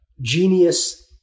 genius